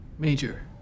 Major